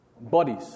bodies